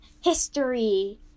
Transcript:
history